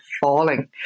falling